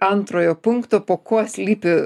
antrojo punkto po kuo slypi